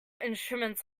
instruments